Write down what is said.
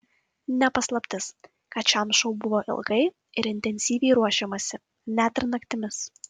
ne paslaptis kad šiam šou buvo ilgai ir intensyviai ruošiamasi net ir naktimis